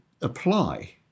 apply